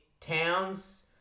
towns